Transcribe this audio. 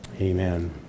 Amen